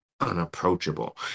unapproachable